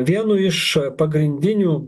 vienu iš pagrindinių